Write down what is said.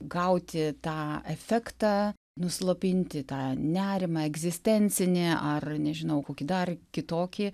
gauti tą efektą nuslopinti tą nerimą egzistencinį ar nežinau kokį dar kitokį